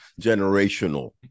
generational